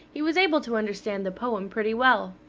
he was able to understand the poem pretty well.